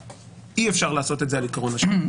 אי אפשר לעשות את זה על עיקרון השוויון.